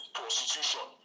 prostitution